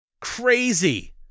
Crazy